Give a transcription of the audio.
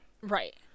Right